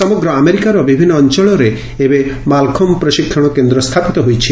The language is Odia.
ସମଗ୍ର ଆମେରିକାର ବିଭିନ୍ ଅଞ୍ଞଳରେ ଏବେ ମାଲଖମ୍ ପ୍ରଶିକ୍ଷଣ କେନ୍ଦ୍ ସ୍ନାପିତ ହୋଇଛି